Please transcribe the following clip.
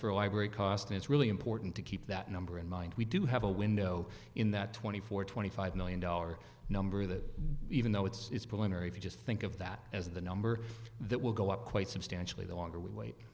a library cost it's really important to keep that number in mind we do have a window in that twenty four twenty five million dollar number that even though it's pulling or if you just think of that as the number that will go up quite substantially the longer we wait